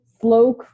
slow